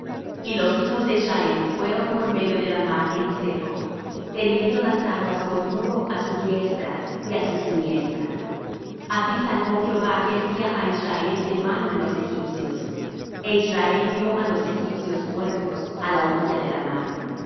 y los hijos de israel fueron por medio de la mar en seco teniendo las aguas por muro á su diestra y á su siniestra así salvó jehová aquel día á israel de mano de los egipcios é israel vió á los egipcios muertos á la orilla de la mar